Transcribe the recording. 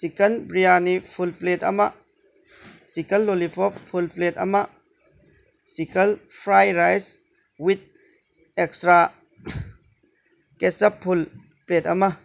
chicken biryani full plate ꯑꯃ chicken lollipop full plate ꯑꯃ chicken fried rice with extra ketchup full plate ꯑꯃ